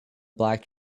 black